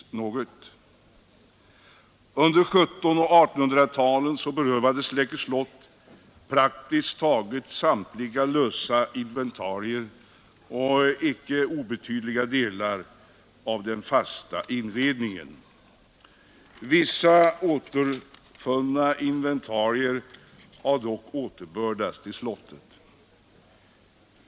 Under 1700 och 1800-talen berövades Läckö slott praktiskt taget samtliga lösa inventarier och inte obetydliga delar av den fasta inredningen. Vissa inventarier som återfunnits har dock återbördats till slottet.